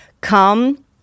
Come